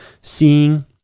seeing